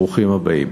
ברוכים הבאים.